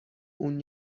اون